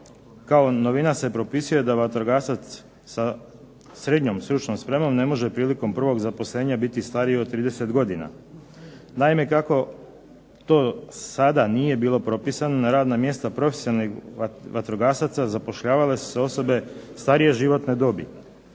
kao novina se propisuje da vatrogasac sa srednjom stručnom spremom ne može prilikom prvog zaposlenja biti stariji od 30 godina. Naime, kako to do sada nije bilo propisano, na radna mjesta profesionalnih vatrogasaca zapošljavale su se osobe starije životne dobi.